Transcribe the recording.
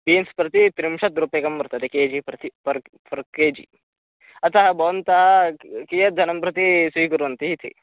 beans प्रति त्रिंशद्रूप्यकं वर्तते के जि प्रति पर् पर् के जि अतः भवन्तः क् कीतद्धनं प्रति स्वीकुर्वन्ति इति